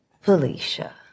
Felicia